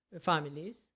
families